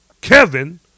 Kevin